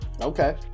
Okay